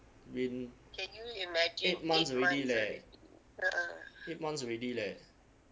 eight months already leh eight months already leh